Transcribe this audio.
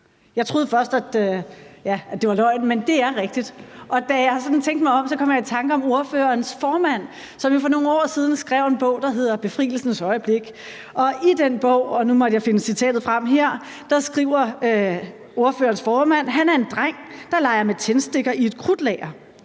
Jeg troede først, at det var løgn, men det er rigtigt, og da jeg sådan tænkte mig om, kom jeg i tanker om ordførerens formand, som jo for nogle år siden skrev en bog, der hedder »Befrielsens øjeblik«, og i den bog – og nu må jeg finde citatet frem her – skriver ordførerens formand: Han er en dreng, der leger med tændstikker i et krudtlager